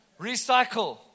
Recycle